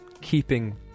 keeping